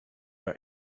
are